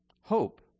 hope